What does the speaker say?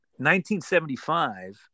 1975